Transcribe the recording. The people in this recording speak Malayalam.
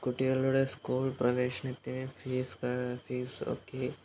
കുട്ടികളുടെ സ്കൂള് പ്രവേശനത്തിന് ഫീസ് ഫീസ് ഒക്കെ